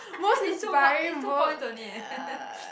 is two mark is two points only